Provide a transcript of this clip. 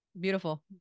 Beautiful